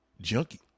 junkie